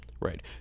right